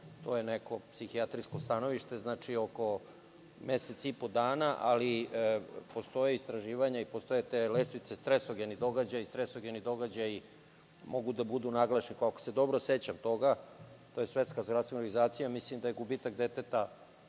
To je neko psihijatrijsko stanovište, znači oko mesec i po dana, ali postoje istraživanja postoje te lestvice stresogeni događaji. Stresogeni događaji mogu da budu naglašeni, ako se dobro sećam toga, to je Svetska zdravstvena organizacija, mislim da je gubitak deteta